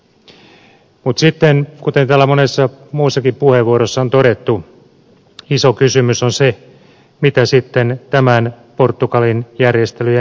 mutta sitten kuten täällä monessa muussakin puheenvuorossa on todettu iso kysymys on se mitä sitten näiden portugalin järjestelyjen jälkeen